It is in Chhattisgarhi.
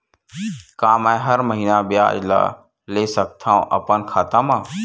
का मैं हर महीना ब्याज ला ले सकथव अपन खाता मा?